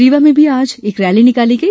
रीवा में भी आज एक रैली निकाली गई